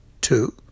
Two